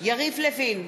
יריב לוין,